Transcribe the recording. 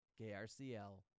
KRCL